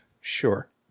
Sure